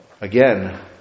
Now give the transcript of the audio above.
Again